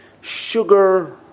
sugar